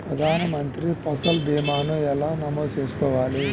ప్రధాన మంత్రి పసల్ భీమాను ఎలా నమోదు చేసుకోవాలి?